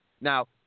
Now